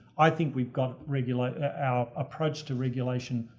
i think we've got regulation, our approach to regulation,